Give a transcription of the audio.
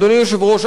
אדוני היושב-ראש,